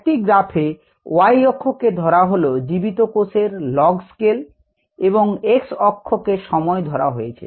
একটি গ্রাফে y অক্ষকে ধরা হলো জীবিত কোষ এর log স্কেল এবং x অক্ষকে সময় ধরা হয়েছে